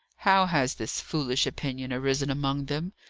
how has this foolish opinion arisen among them,